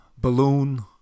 Balloon